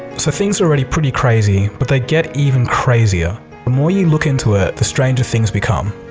so things are already pretty crazy, but they get even crazier. the more you look into it, the stranger things become.